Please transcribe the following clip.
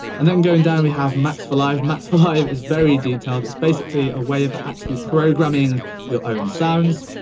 and then going down, we have max for live. max for live is very detailed. it's basically a way of actually programming your own sounds,